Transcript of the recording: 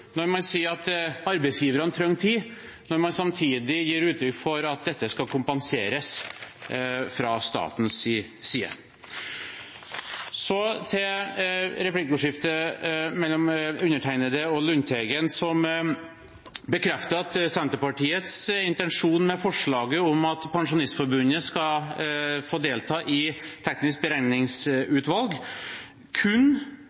når man sier at arbeidsgiverne trenger tid, når man samtidig gir uttrykk for at dette skal kompenseres fra statens side. Så til replikkordskiftet mellom undertegnede og Lundteigen, som bekreftet at Senterpartiets intensjon med forslaget om at Pensjonistforbundet skal få delta i Teknisk beregningsutvalg, kun